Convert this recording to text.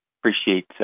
appreciate